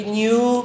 new